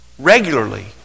Regularly